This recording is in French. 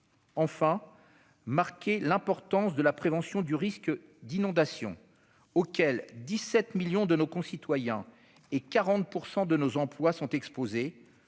entend marquer l'importance de la prévention du risque d'inondation, auquel 17 millions de nos concitoyens et 40 % de nos emplois sont exposés,